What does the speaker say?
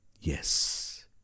Yes